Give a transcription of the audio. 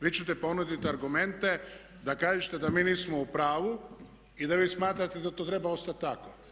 Vi ćete ponuditi argumente da kažete da mi nismo u pravu i da vi smatrate da to treba ostati tako.